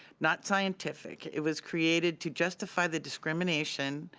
not scientific. it was created to justify the discrimination,